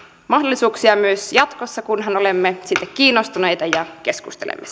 mahdollisuuksia myös jatkossa kunhan olemme siitä kiinnostuneita ja keskustelemme